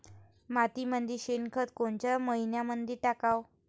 मातीमंदी शेणखत कोनच्या मइन्यामंधी टाकाव?